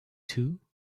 too